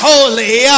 Holy